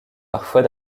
parfois